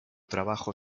trabajo